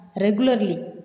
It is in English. regularly